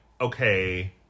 okay